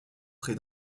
près